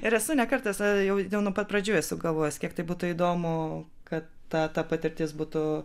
ir esu ne kartą sa jau nuo pat pradžių esu galvojus kiek tai būtų įdomu kad ta ta patirtis būtų